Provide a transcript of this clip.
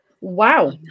Wow